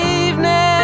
evening